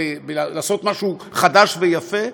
לעשות משהו חדש ויפה,